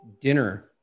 dinner